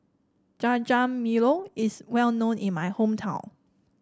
jajangmyeon is well known in my hometown